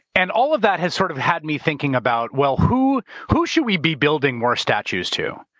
and all of that has sort of had me thinking about, well, who who should we be building more statues to,